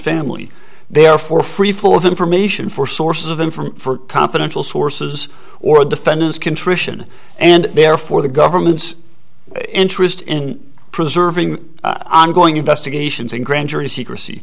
family they're for free flow of information for sources of information for confidential sources or defendants contrition and therefore the government's interest in preserving ongoing investigations and grand jury secrecy